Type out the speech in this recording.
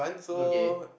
okay